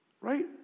Right